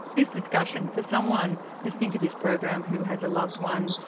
this discussion, for someone listening to this program who has a loved one,